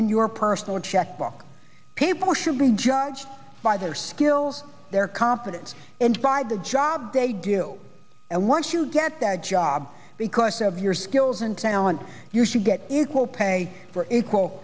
your personal checkbook people should be judged by their skills their competence and by the job they do and once you get the job because of your skills and talent you should get equal pay for equal